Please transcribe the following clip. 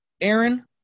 Aaron